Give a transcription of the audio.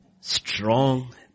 strong